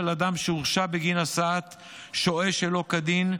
אדם שהורשע בגין הסעת שוהה שלא כדין,